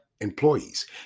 employees